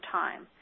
time